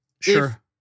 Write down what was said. Sure